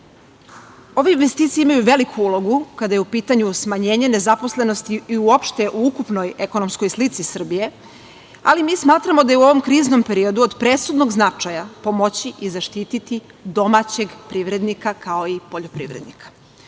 investicije imaju veliku ulogu kada je u pitanju smanjenje nezaposlenosti i uopšte u ukupnoj ekonomskoj slici Srbije, ali mi smatramo da je u ovom kriznom periodu od presudnog značaja pomoći i zaštititi domaćeg privrednika, kao i poljoprivrednika.